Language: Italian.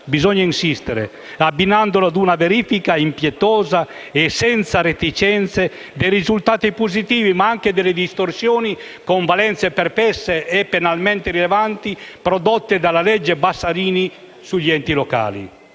Bisogna insistere, abbinandolo a una verifica impietosa e senza reticenze dei risultati positivi, ma anche delle distorsioni, con valenze perverse e penalmente rilevanti, prodotte dalla legge Bassanini sugli enti locali.